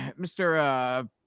Mr